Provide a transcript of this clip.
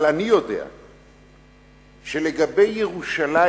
אבל אני יודע שלגבי ירושלים,